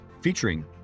featuring